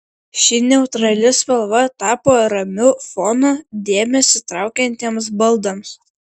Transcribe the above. ši neutrali spalva tapo ramiu fonu dėmesį traukiantiems baldams